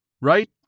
Right